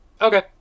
Okay